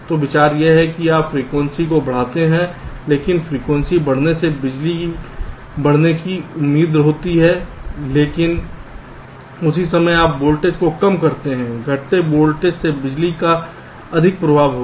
तो विचार यह है कि आप फ्रीक्वेंसी बढ़ाते हैं लेकिन फ्रीक्वेंसी बढ़ने से बिजली बढ़ने की उम्मीद होती है लेकिन उसी समय आप वोल्टेज को कम करते हैं घटते वोल्टेज से बिजली का अधिक प्रभाव होगा